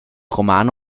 romane